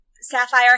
Sapphire